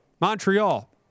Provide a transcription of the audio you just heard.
Montreal